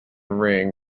ring